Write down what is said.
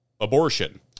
Abortion